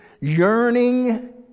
yearning